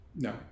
No